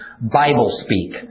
Bible-speak